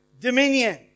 dominion